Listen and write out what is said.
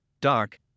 dark